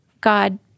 God